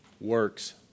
works